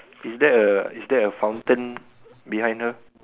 is that a is that a fountain behind her